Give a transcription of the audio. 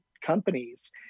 companies